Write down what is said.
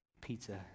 pizza